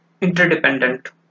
interdependent